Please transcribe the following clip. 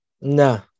No